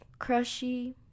crushy